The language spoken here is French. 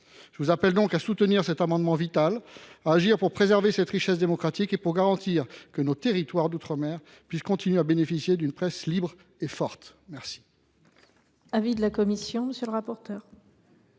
Je vous appelle donc à soutenir cet amendement vital et à agir pour préserver la richesse démocratique et pour garantir que nos territoires d’outre mer puissent continuer à bénéficier d’une presse libre et forte. Quel